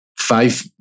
five